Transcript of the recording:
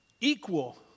equal